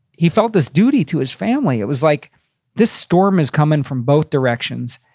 he felt this duty to his family. it was like this storm is coming from both directions.